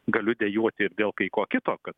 galiu dejuoti ir dėl kai ko kito kad